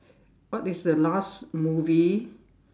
what is the last movie